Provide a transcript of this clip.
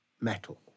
metal